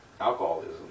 alcoholism